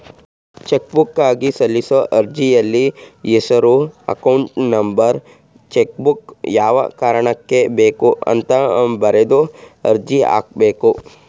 ಚೆಕ್ಬುಕ್ಗಾಗಿ ಸಲ್ಲಿಸೋ ಅರ್ಜಿಯಲ್ಲಿ ಹೆಸರು ಅಕೌಂಟ್ ನಂಬರ್ ಚೆಕ್ಬುಕ್ ಯಾವ ಕಾರಣಕ್ಕೆ ಬೇಕು ಅಂತ ಬರೆದು ಅರ್ಜಿ ಹಾಕಬೇಕು